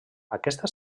aquesta